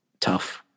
tough